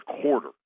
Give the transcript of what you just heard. quarter